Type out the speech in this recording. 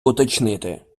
уточнити